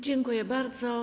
Dziękuję bardzo.